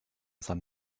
san